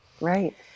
Right